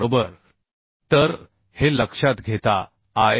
बरोबर तर हे लक्षात घेता आय